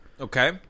Okay